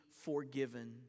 forgiven